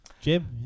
jim